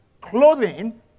clothing